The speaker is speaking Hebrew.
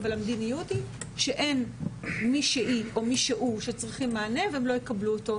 אבל המדיניות היא שאין מישהי או מישהו שצריכים מענה והם לא יקבלו אותו.